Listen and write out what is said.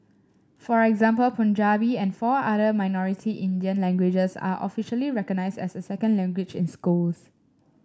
for example Punjabi and four other minority Indian languages are officially recognised as a second language in schools